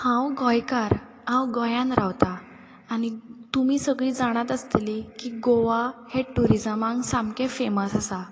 हांव गोंयकार हांव गोंयान रावतां आनी तुमी सगली जाणात आसतली की गोवा हें ट्युरीजमाक सामकें फेमस आसा